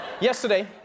Yesterday